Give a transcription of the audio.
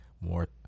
more